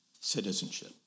citizenship